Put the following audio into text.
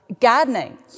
gardening